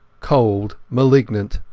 cold, malignant,